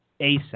ASAP